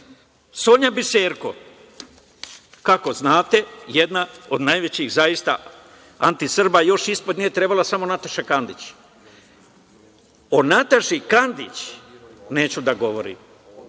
Sonja Biserko, kako znate jedna od zaista najvećih antisrba, još ispod nje je trala samo Nataša Kandić. O Nataši Kandić neću da govorim.